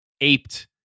aped